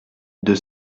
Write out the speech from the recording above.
deux